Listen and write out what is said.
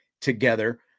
together